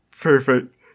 Perfect